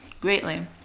Greatly